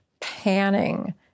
panning